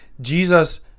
Jesus